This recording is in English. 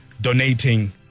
donating